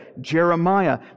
Jeremiah